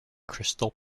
crystal